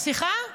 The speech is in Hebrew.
סליחה?